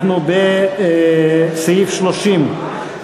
אנחנו בסעיף 30,